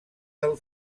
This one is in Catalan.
del